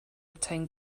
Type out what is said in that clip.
obtain